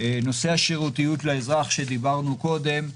נושא השירותיות לאזרח שדיברנו קודם,